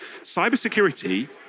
cybersecurity